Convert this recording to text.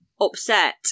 upset